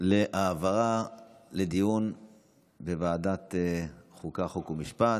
על העברה לדיון בוועדת החוקה, חוק ומשפט,